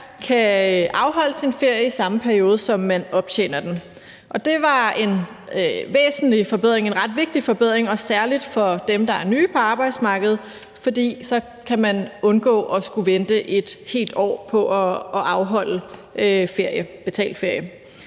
kan afholde sin ferie i den samme periode, som man optjener den. Det var en ret vigtig forbedring, særlig for dem, der er nye på arbejdsmarkedet, fordi man så kan undgå at skulle vente et helt år på at afholde betalt ferie.